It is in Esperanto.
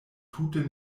tute